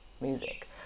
music